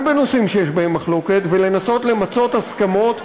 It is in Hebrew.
בנושאים שיש בהם מחלוקת ולנסות למצות הסכמות,